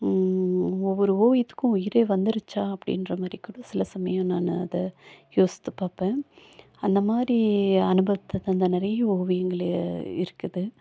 ஒவ்வொரு ஓவியத்துக்கும் உயிரே வந்துருச்சால் அப்படின்ற மாதிரிக்கூட சில சமயம் நான் அதை யோசித்து பார்ப்பேன் அந்த மாதிரி அனுபவத்தை தந்த நிறைய ஓவியங்கள் ஏ இருக்குது